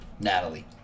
Natalie